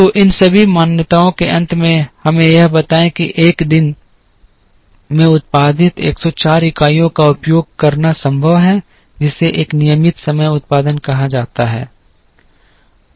तो इन सभी मान्यताओं के अंत में हमें यह बताएं कि एक दिन में उत्पादित 104 इकाइयों का उपयोग करना संभव है जिसे एक नियमित समय उत्पादन कहा जाता है